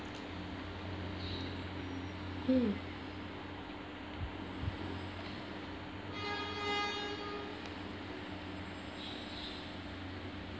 hmm